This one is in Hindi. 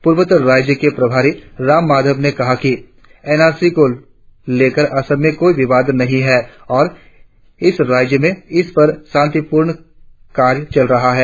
पूर्वोत्तर राज्यों के प्रभारी राम माधव ने कहा कि एन आर सी को लेकर असम में कोई विवाद नही है और इस राज्य में इस पर शांतिपूर्वक काम किया जा रहा है